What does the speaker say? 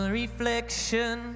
reflection